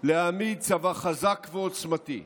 להעמיד צבא חזק ועוצמתי,